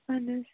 اَہَن حظ